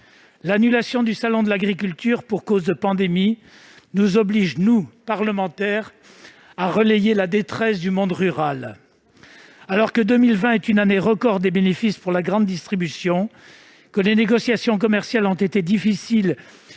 L'annulation du salon de l'agriculture pour cause de pandémie nous oblige, nous, parlementaires, à relayer la détresse du monde rural. Alors que 2020 est une année record en matière de bénéfices pour la grande distribution, alors que les négociations commerciales ont été difficiles